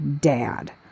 dad